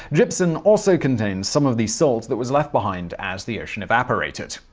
gypsum also contains some of the salt that was left behind as the ocean evaporated.